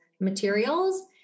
materials